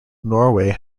norway